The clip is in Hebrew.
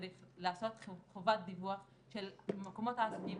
צריך לעשות חובת דיווח של מקומות העסקים,